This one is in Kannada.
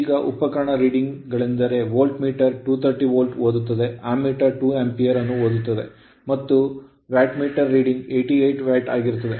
ಈಗ ಉಪಕರಣದ ರೀಡಿಂಗ್ ಗಳೆಂದರೆ ವೋಲ್ಟ್ ಮೀಟರ್ 230 ವೋಲ್ಟ್ ಓದುತ್ತದೆ ಆಮ್ಮೀಟರ್ 2 ampere ಅನ್ನು ಓದುತ್ತದೆ ಮತ್ತು ವ್ಯಾಟ್ ಮೀಟರ್ ರೀಡಿಂಗ್ 88 ವ್ಯಾಟ್ ಆಗಿರುತ್ತದೆ